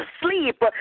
sleep